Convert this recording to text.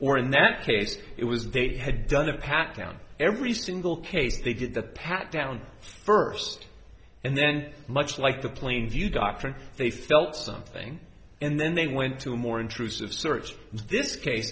or in that case it was they'd had done a pack down every single case they did the pat down first and then much like the plainview doctrine they felt something and then they went to a more intrusive search this case